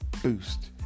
Boost